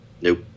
Nope